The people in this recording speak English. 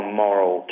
moral